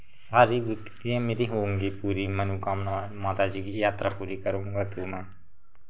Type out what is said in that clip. सारी विक्तियाँ मेरी होंगी पूरी मनोकामना माताजी की यात्रा पूरी करूंगा तो मैं